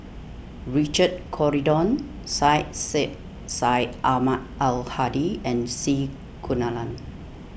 Richard Corridon Syed Sheikh Syed Ahmad Al Hadi and C Kunalan